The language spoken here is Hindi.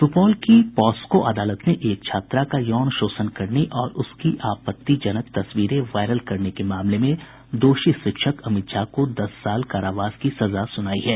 सूपौल जिले की पॉस्को अदालत ने एक छात्रा का यौन शोषण करने और उसकी आपत्तिजनक तस्वीरें वायरल करने के मामले में दोषी शिक्षक अमित झा को दस साल कारावास की सजा सुनायी है